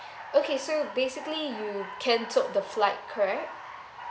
okay so basically you can't took the flight correct